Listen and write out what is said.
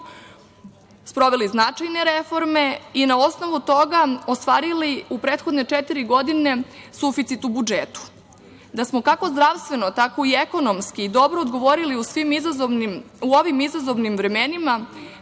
sproveli značajne reforme i na osnovu toga ostvarili u prethodne četiri godine suficit u budžetu. Da smo kako zdravstveno tako i ekonomski dobro odgovorili u ovim izazovnim vremenima